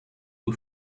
who